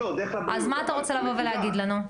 אז מה אתה רוצה לבוא ולהגיד לנו?